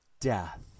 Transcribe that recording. death